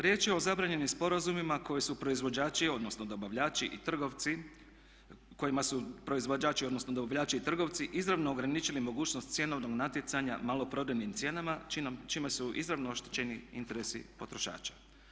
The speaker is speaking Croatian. Riječ je o zabranjenim sporazumima koji su proizvođači odnosno dobavljači i trgovci kojima su proizvođači odnosno dobavljači i trgovci izravno ograničili mogućnost cjenovnog natjecanja maloprodajnim cijenama čime su izravno oštećeni interesi potrošača.